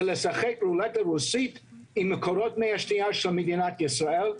זה לשחק רולטה רוסית עם מקורות מי השתייה של מדינת ישראל,